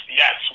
yes